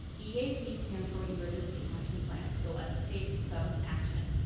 eap stands for emergency action plan. so let's take some action.